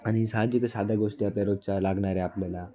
आणि साहजिकच साध्या गोष्टी आपल्या रोजच्या लागणाऱ्या आपल्याला